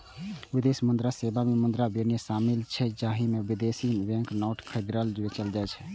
विदेशी मुद्रा सेवा मे मुद्रा विनिमय शामिल छै, जाहि मे विदेशी बैंक नोट खरीदल, बेचल जाइ छै